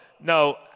no